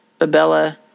Babella